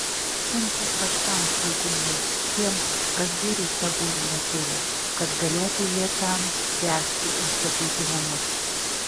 siunčia kraštams lygumų tiems kas girių savųjų neturi kad galėtų jie ten ręsti ir statyti namus